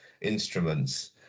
instruments